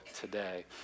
today